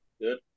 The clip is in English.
Good